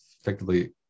effectively